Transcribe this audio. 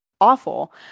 awful